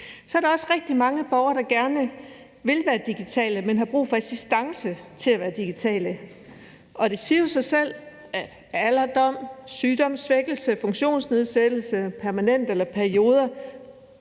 Så er der også rigtig mange borgere, der gerne vil være digitale, men har brug for assistance til at være digitale. Det siger jo sig selv, at alderdom, sygdomssvækkelse eller funktionsnedsættelse permanent eller periodevis